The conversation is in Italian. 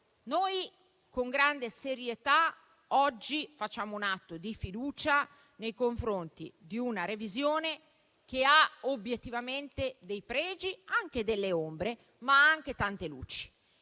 Noi, con grande serietà, oggi facciamo un atto di fiducia nei confronti di una revisione che ha obiettivamente dei pregi, anche delle ombre, ma tante luci